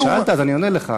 שאלת אז אני עונה לך.